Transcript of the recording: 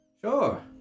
Sure